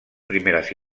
primeres